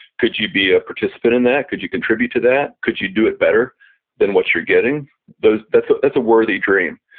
could you be a participant in that? could you contribute to that? could you do it better than what you're getting? that's ah that's a worthy dream.